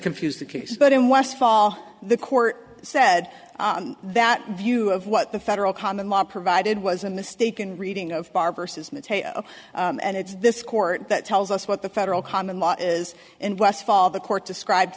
confused the case but in westfall the court said that view of what the federal common law provided was a mistaken reading of barbour says and it's this court that tells us what the federal common law is and westfall the court described